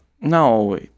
No